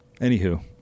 Anywho